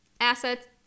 assets